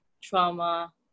trauma